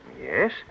Yes